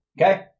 Okay